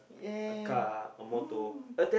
yeah mm